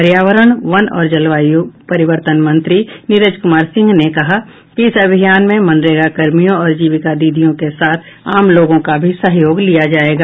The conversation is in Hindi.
पर्यावरण वन और जलवायु परिवर्तन मंत्री नीरज कुमार सिंह ने कहा कि इस अभियान में मनरेगा कर्मियों और जीविका दीदियों के साथ आम लोगों का भी सहयोग लिया जायेगा